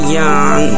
young